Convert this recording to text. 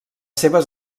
seves